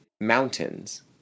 Mountains